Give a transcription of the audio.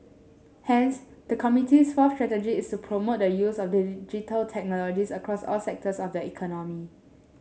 hence the committee's fourth strategy is promote the use of Digital Technologies across all sectors of the economy